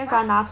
!huh!